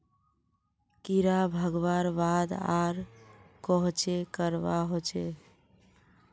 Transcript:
कीड़ा भगवार बाद आर कोहचे करवा होचए?